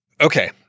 Okay